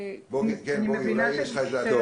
--- בוגי, אולי יש לך איזו הצעה?